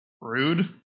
Rude